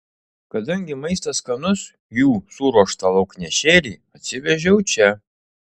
kadangi maistas skanus jų suruoštą lauknešėlį atsivežiau čia